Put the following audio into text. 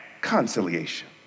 conciliation